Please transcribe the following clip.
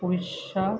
Orissa